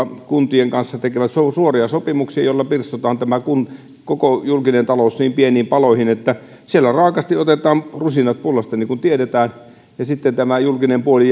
kuntien kanssa tekevät suoria sopimuksia joilla pirstotaan koko julkinen talous niin pieniin paloihin että siellä raaasti otetaan rusinat pullasta niin kuin tiedetään ja sitten tämä julkinen puoli